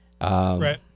right